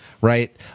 right